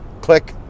Click